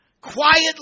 quietly